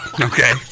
Okay